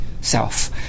self